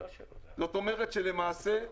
זאת אומרת, שלמעשה --- סליחה.